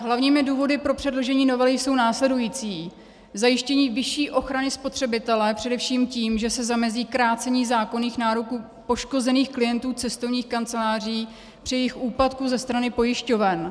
Hlavní důvody pro předložení novely jsou následující: zajištění vyšší ochrany spotřebitele především tím, že se zamezí krácení zákonných nároků poškozených klientů cestovních kanceláří při jejich úpadku ze strany pojišťoven.